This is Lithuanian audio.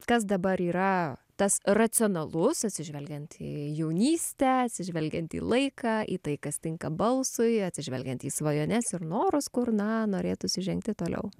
kas dabar yra tas racionalus atsižvelgiant į jaunystę atsižvelgiant į laiką į tai kas tinka balsui atsižvelgiant į svajones ir norus kur na norėtųsi žengti toliau